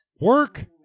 Work